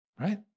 Right